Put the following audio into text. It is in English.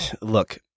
look